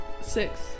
Six